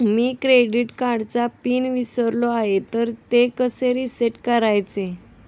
मी credit कार्डचा PIN विसरलो आहे तर कसे रीसेट करायचे?